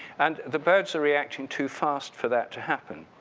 and the birds are reacting too fast for that to happen.